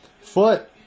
Foot